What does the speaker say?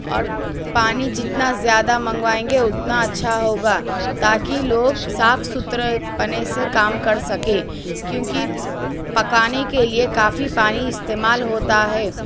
اور پانی جتنا زیادہ منگوائیں گے اتنا اچھا ہوگا تاکہ لوگ صاف ستھرے پانی سے کام کر سکیں کیوں کہ پکانے کے لیے کافی پانی استعمال ہوتا ہے